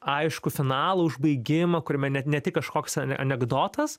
aiškų finalą užbaigimą kuriame net ne tik kažkoks ane anekdotas